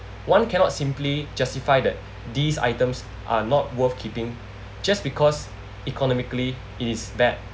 one cannot simply justify that these items are not worth keeping just because economically it is bad